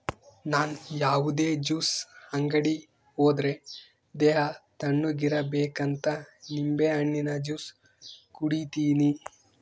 ನನ್ ಯಾವುದೇ ಜ್ಯೂಸ್ ಅಂಗಡಿ ಹೋದ್ರೆ ದೇಹ ತಣ್ಣುಗಿರಬೇಕಂತ ನಿಂಬೆಹಣ್ಣಿನ ಜ್ಯೂಸೆ ಕುಡೀತೀನಿ